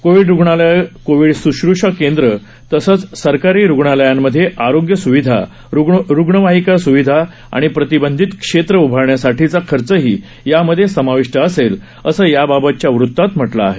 Covid रुग्णालयं covid सुश्र्षा केंद्र तसंच सरकारी रुग्णालयांमध्ये आरोग्य सुविधा रुग्णवाहिका सुविधा आणि प्रतिबंधित क्षेत्र उभारण्यासाठीचा खर्चही यामध्ये समाविष्ट असेल असं याबाबतच्या वृतात म्हटलं आहे